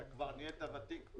אתה כבר נהיית ותיק.